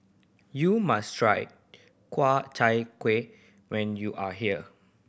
you must try Ku Chai Kueh when you are here